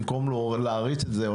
במקום להריץ את זה,